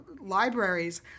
libraries